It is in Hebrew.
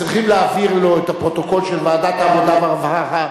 צריכים להעביר לו את הפרוטוקול של ועדת העבודה והרווחה,